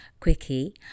Quickie